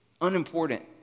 unimportant